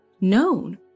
known